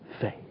faith